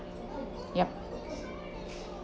yup